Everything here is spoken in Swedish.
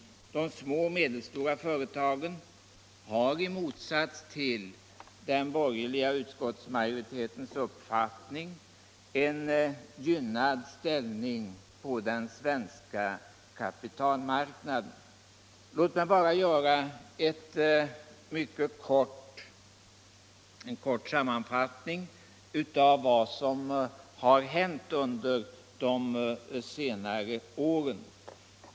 De små och medelstora företagen har i motsats till vad den borgerliga utskottsmajoriteten vill göra gällande en gynnad ställning på den svenska kapitalmarknaden. Låt mig göra en mycket kort sammanfattning av vad som har hänt under de senare åren.